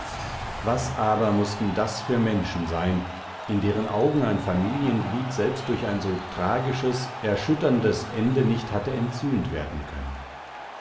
was aber mußten das für menschen sein in deren augen ein familienglied selbst durch ein so tragisches erschütterndes ende nicht hatte entsühnt werden können